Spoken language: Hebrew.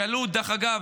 שעלו, דרך אגב,